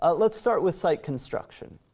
ah let's start with site construction.